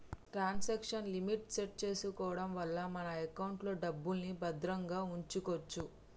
transaction limit set చేసుకోడం వల్ల మన ఎకౌంట్లో డబ్బుల్ని భద్రంగా వుంచుకోచ్చు